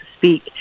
Speak